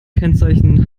kennzeichen